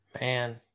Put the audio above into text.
man